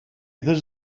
this